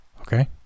okay